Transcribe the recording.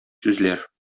сүзләр